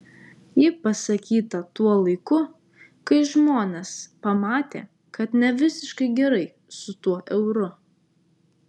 ji pasakyta tuo laiku kai žmonės pamatė kad ne visiškai gerai su tuo euru